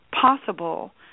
possible